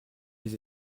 les